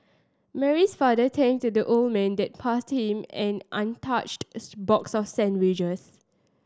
Mary's father thanked the old man and passed him an untouched box of sandwiches